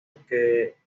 que